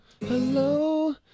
Hello